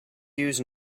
use